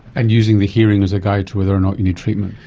and using the hearing as a guide to whether or not you need treatment.